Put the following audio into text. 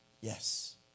yes